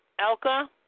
Elka